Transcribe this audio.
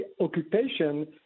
occupation